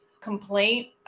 complaint